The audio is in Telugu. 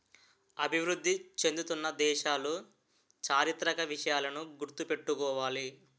అభివృద్ధి చెందుతున్న దేశాలు చారిత్రక విషయాలను గుర్తు పెట్టుకోవాలి